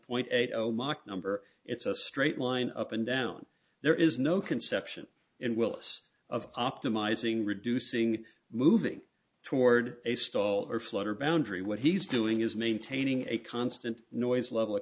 point eight zero ma number it's a straight line up and down there is no conception in willis of optimizing reducing moving toward a stall or float or boundary what he's doing is maintaining a constant noise level